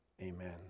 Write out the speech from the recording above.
Amen